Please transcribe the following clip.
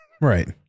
Right